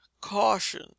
Caution